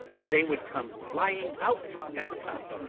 they would come flying out at the top.